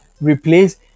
replace